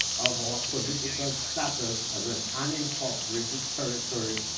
of our political status of an unincorporated territory